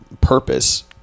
purpose